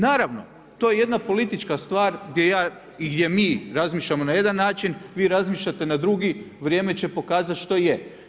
Naravno, to je jedna politička stvar gdje mi razmišljamo na jedan način, vi razmišljate na drugi, vrijeme će pokazati što je.